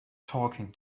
talking